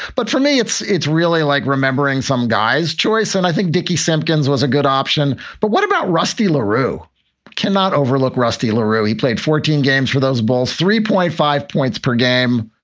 but for me, it's it's really like remembering some guy's choice. and i think dickey simpkins was a good option. but what about rusty larue cannot overlook rusty lareau. he played fourteen games for those balls, three point five points per game.